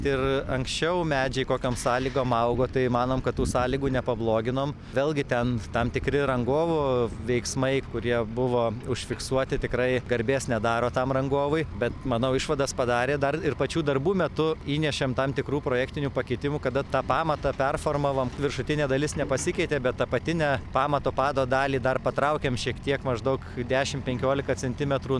ir anksčiau medžiai kokiom sąlygom augo tai manom kad tų sąlygų nepabloginom vėlgi ten tam tikri rangovų veiksmai kurie buvo užfiksuoti tikrai garbės nedaro tam rangovui bet manau išvadas padarė dar ir pačių darbų metu įnešėm tam tikrų projektinių pakeitimų kada tą pamatą performavom viršutinė dalis nepasikeitė bet apatinę pamato pado dalį dar patraukėm šiek tiek maždaug dešimt penkiolika centimetrų